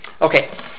Okay